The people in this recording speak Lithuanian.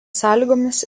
sąlygomis